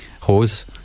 hoes